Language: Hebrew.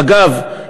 אגב,